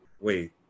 Wait